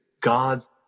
God's